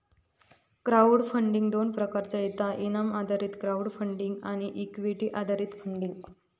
crowd funding दोन प्रकारात येता इनाम आधारित क्राउड फंडिंग आणि इक्विटी आधारित फंडिंग